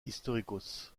históricos